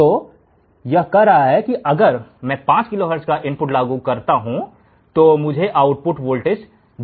तो यह कह रहा है कि अगर मैं 5 किलोहर्ट्ज़ का इनपुट लागू करता हूं तो मुझे आउटपुट वोल्टेज ढूंढना होगा